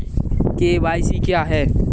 KYC क्या है?